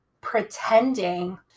pretending